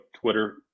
Twitter